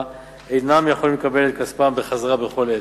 אינם יכולים לקבל את כספם בחזרה בכל עת.